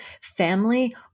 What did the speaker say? family